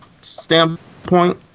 standpoint